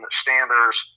standards